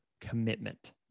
commitment